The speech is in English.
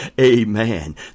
Amen